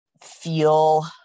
feel